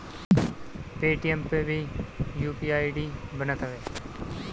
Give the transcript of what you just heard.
Paytm पअ भी UPI ID बनत हवे